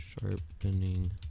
sharpening